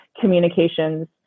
communications